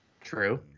true